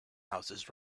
houses